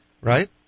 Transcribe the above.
right